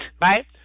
right